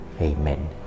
Amen